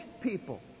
people